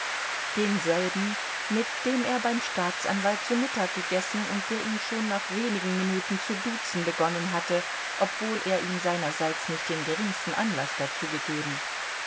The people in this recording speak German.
denselben mit dem er beim staatsanwalt zu mittag gegessen und der ihn schon nach wenigen minuten zu duzen begonnen hatte obwohl er ihm seinerseits nicht den geringsten anlaß dazu gegeben